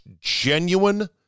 genuine